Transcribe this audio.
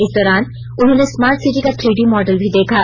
इस दौरान उन्होंने स्मार्ट सिटी का थ्रीडी मॉडल भी देखा